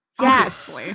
Yes